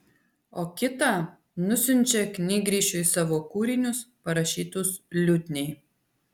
o kitą nusiunčia knygrišiui savo kūrinius parašytus liutniai